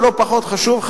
ולא פחות חשוב,